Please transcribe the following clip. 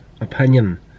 opinion